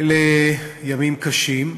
אלה ימים קשים.